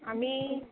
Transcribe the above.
आनी